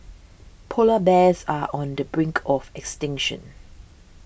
Polar Bears are on the brink of extinction